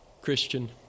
Christian